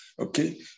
Okay